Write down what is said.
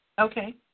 Okay